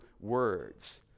words